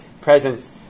presence